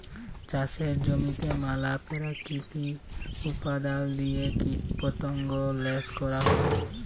চাষের জমিতে ম্যালা পেরাকিতিক উপাদাল দিঁয়ে কীটপতঙ্গ ল্যাশ ক্যরা হ্যয়